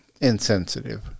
insensitive